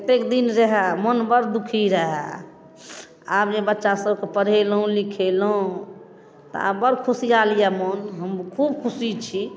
एक दिन रहै मोन बड़ दुखी रहै आब जे बच्चासबके पढ़ेलहुँ लिखेलहुँ तऽ आब बड़ खुशिआली अइ मोन हम खूब खुशी छी